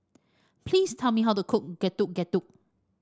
please tell me how to cook Getuk Getuk